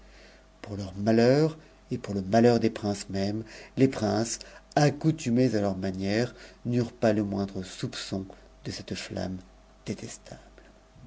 pour leur malheur et pour le theur des princes mêmes les princes accoutumés à leurs manières eurent pas le moindre soupçon de cette ûamme détestable